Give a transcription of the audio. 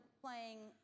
playing